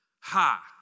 Ha